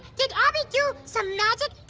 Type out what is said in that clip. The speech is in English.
did abby do some magic